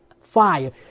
fire